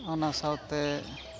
ᱚᱱᱟ ᱥᱟᱶᱛᱮ